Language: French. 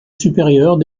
supérieure